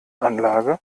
anlage